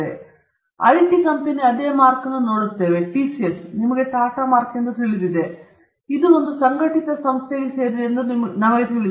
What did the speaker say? ನಾವು ಐಟಿ ಕಂಪೆನಿಯ ಅದೇ ಮಾರ್ಕ್ ಅನ್ನು ನೋಡುತ್ತೇವೆ ಟಿಸಿಎಸ್ ನಿಮಗೆ ಟಾಟಾ ಮಾರ್ಕ್ ತಿಳಿದಿದೆ ಇದು ಒಂದು ಸಂಘಟಿತ ಸಂಸ್ಥೆಗೆ ಸೇರಿದೆ ಎಂದು ನಮಗೆ ತಿಳಿದಿದೆ